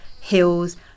hills